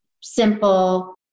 simple